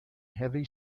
heavy